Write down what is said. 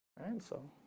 and so